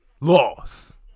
Loss